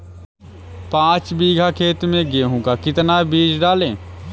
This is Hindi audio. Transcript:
पाँच बीघा खेत में गेहूँ का कितना बीज डालें?